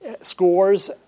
scores